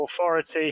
authority